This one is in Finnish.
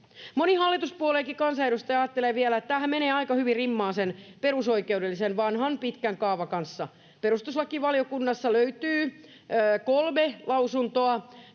Moni hallituspuolueidenkin kansanedustaja ajattelee vielä, että tämähän menee aika hyvin, rimmaa sen perusoikeudellisen vanhan pitkän kaavan kanssa. Perustuslakivaliokunta on aikaisemmin